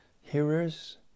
hearers